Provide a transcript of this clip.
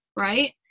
Right